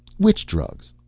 which drugs?